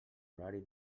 horari